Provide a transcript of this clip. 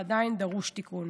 אבל עדיין דרוש תיקון.